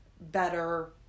better